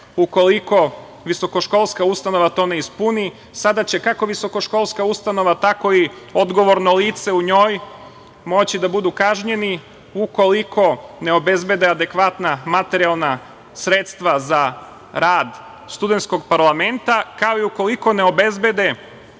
ukoliko visokoškolska ustanova to ne ispuni. Sada će kako visokoškolska ustanova, tako i odgovorno lice u njoj moći da budu kažnjeni ukoliko ne obezbede adekvatna materijalna sredstva za rada Studentskog parlamenta, kao i ukoliko ne obezbede